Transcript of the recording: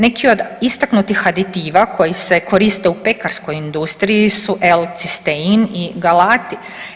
Neki od istaknutih aditiva koji se koriste u pekarskoj industriji su L-cistein i galati.